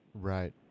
right